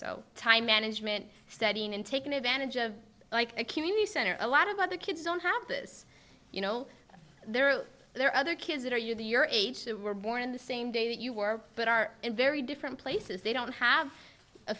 so time management studying and taking advantage of like a community center a lot of other kids don't have this you know there are there are other kids that are you the your age who were born the same day that you were but are in very different places they don't have a